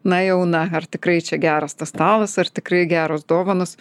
na jau na ar tikrai čia geras tas stalas ar tikrai geros dovanos